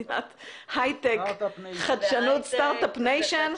מדינת הייטק, חדשנות, start-up nation,